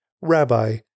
Rabbi